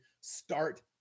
start